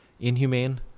inhumane